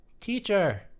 teacher